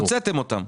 אז הוצאתן אותן,